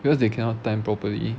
because they cannot time properly